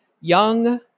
young